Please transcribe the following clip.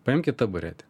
paimkit taburetę